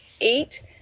eight